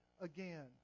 again